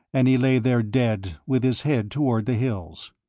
and he lay there dead with his head toward the hills.